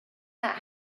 that